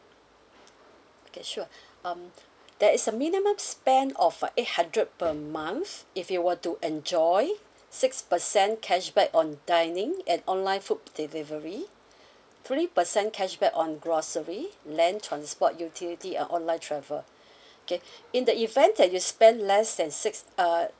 okay sure um there is a minimum spend of a eight hundred per month if you were to enjoy six percent cashback on dining at online food delivery three percent cashback on grocery land transport utility and online travel okay in the event that you spend less than six uh